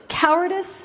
cowardice